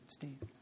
Steve